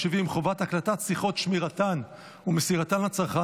טלפונים ניידים ומחשבים אישיים),